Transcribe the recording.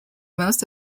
most